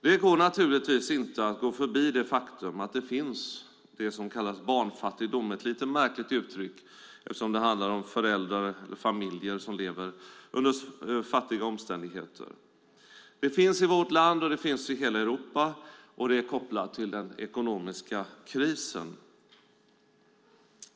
Man kan naturligtvis inte gå förbi det faktum att det finns något som kallas barnfattigdom. Det är ett lite märkligt uttryck eftersom det handlar om familjer som lever under fattiga omständigheter. Barnfattigdom finns i vårt land och i hela Europa och är kopplat till den ekonomiska krisen.